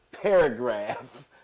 paragraph